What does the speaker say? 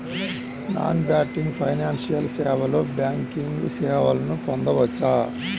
Non banking financial సేవలో banking సేవలను పొందవచ్చా?